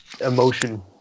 emotion